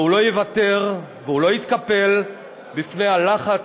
והוא לא יוותר והוא לא יתקפל בפני הלחץ